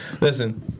listen